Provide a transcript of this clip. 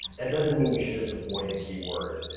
that doesn't mean you should just avoid the keyword.